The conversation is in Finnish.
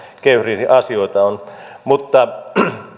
kehysriihiasioita on mutta